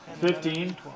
Fifteen